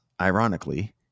ironically